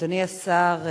אדוני השר,